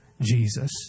Jesus